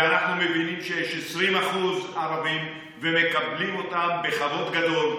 ואנחנו מבינים שיש 20% ערבים ומקבלים אותם בכבוד גדול.